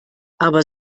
aber